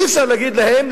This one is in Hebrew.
אי-אפשר להגיד להם,